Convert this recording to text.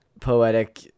poetic